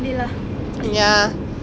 ya ya check பன்னுவாங்க:pannuvaanga lah